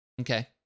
Okay